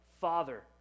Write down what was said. Father